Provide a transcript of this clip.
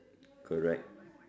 correct